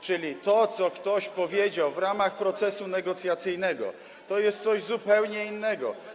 Czyli to, co ktoś powiedział w ramach procesu negocjacyjnego, to jest coś zupełnie innego.